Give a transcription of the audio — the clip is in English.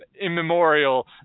immemorial